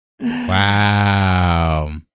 Wow